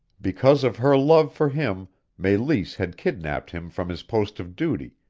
because of her love for him meleese had kidnapped him from his post of duty,